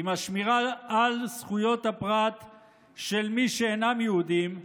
עם השמירה על זכויות הפרט של מי שאינם יהודים,